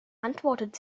antwortet